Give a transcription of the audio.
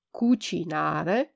cucinare